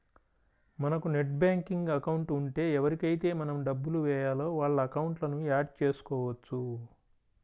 మనకు net banking account ఉంటే ఎవరికైతే మనం డబ్బులు వేయాలో వాళ్ళ అకౌంట్లను యాడ్ చేసుకోవచ్చు